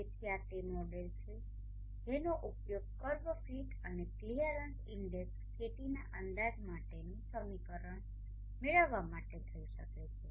તેથી આ તે મોડેલ છે જેનો ઉપયોગ કર્વ ફીટ અને ક્લિયરન્સ ઇન્ડેક્સ KTના અંદાજ માટેનુ સમીકરણ મેળવવા માટે થઈ શકે છે